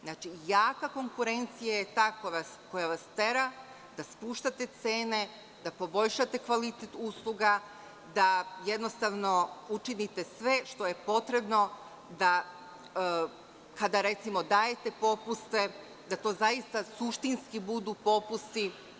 Znači, jaka konkurencija je ta koja vas tera da spuštate cene, da poboljšate kvalitet usluga, da jednostavno učinite sve što je potrebno da kada recimo dajete popuste da to zaista suštinski budu popusti.